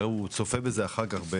הוא בטח יצפה בזה אחר כך.